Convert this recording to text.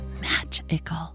magical